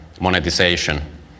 monetization